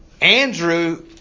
Andrew